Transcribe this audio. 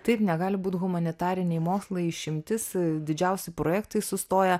taip negali humanitariniai mokslai išimtis didžiausi projektai sustoja